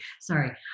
Sorry